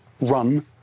run